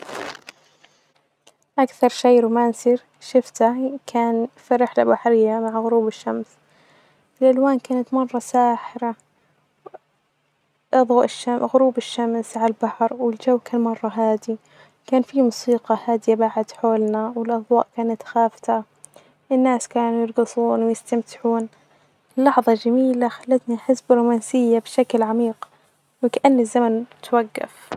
أكثر شئ رومانسي شفتة كان في رحلة بحرية مع غروب الشمس الألوان كانت مرة سااحرة ضوء-الشم-غروب الشمس علي البحر والجو كان مرة هادي ،كان في موسيقي هادية بعد حولنا والأظواء كانت خافتة الناس كانوا يرجصون ويستمتعون لحظة جميلة خلتني أحس برومانسية بشكل عميق وكأن الزمن إتوجف.